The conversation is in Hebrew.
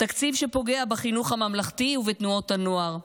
תקציב שפוגע בחינוך הממלכתי ובתנועות הנוער,